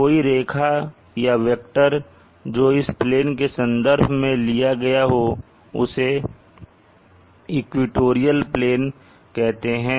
कोई रेखा या वेक्टर जो इस प्लेन के संदर्भ में लिया गया हो उसे इक्वेटोरियल प्लेन कहते हैं